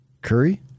Curry